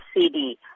CD